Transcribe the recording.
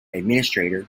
administrator